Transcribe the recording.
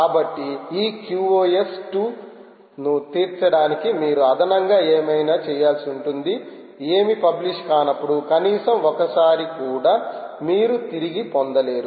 కాబట్టి ఈ QoS 2 ను తీర్చడానికి మీరు అదనంగా ఏమైనా చేయాల్సి ఉంటుంది ఏమీ పబ్లిష్ కానప్పుడు కనీసం ఒక్కసారి కూడా మీరు తిరిగి పొందలేరు